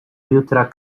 jutra